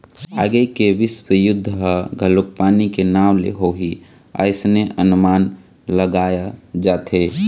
आगे के बिस्व युद्ध ह घलोक पानी के नांव ले होही अइसने अनमान लगाय जाथे